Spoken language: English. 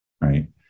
right